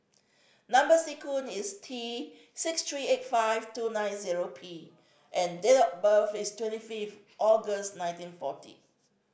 number sequence is T six three eight five two nine zero P and date of birth is twenty fifth August nineteen forty